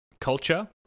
culture